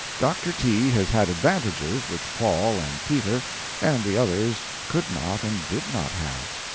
dr. t. has had advantages which paul and peter and the others could not and did not have.